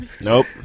Nope